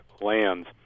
lands